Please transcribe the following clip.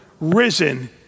risen